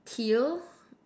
teal